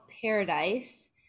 paradise